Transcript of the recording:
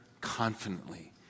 confidently